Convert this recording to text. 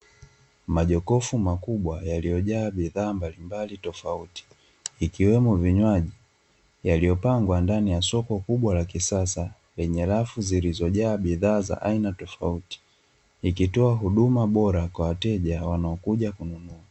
Majokofu makubwa yaliyojaa bidhaa mbalimbali tofauti ikiwemo vinywaji, yaliyopangwa ndani ya soko kubwa la kisasa yenye rafu zilizojaa bidhaa za aina tofauti, ikitoa huduma bora kwa wateja wanaokuja kununua.